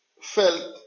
felt